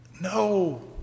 No